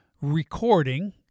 recording